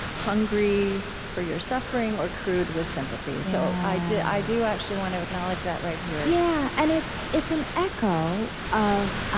hungry for suffering, or crude with sympathy. so i do i do actually want to acknowledge that right here yeah, and it's it's an echo of ah